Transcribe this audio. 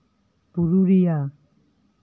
Purulia